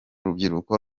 rubyiruko